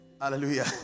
Hallelujah